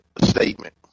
statement